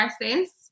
prices